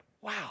wow